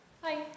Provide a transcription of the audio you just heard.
Hi